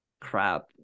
crap